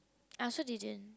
I also didn't